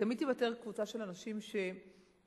תמיד תיוותר קבוצה של אנשים ומשפחות